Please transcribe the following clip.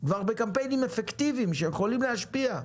לקמפיינים אפקטיביים שיכולים להשפיע.